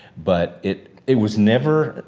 but, it it was never,